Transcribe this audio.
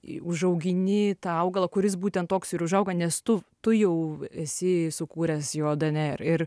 užaugini tą augalą kuris būtent toks ir užauga nes tu tu jau esi sukūręs jo dnr ir